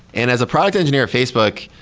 and as a product engineer at facebook,